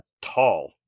tall